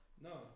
No